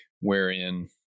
wherein